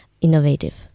innovative